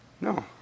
No